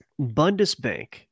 Bundesbank